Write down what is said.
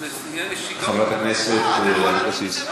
זה, חברת הכנסת אבקסיס.